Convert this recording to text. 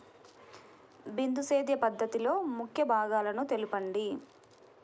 బిందు సేద్య పద్ధతిలో ముఖ్య భాగాలను తెలుపండి?